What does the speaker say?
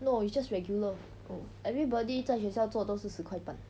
no it's just regular everybody 在学校做都是十块半